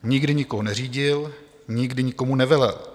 Nikdy nikoho neřídil, nikdy nikomu nevelel.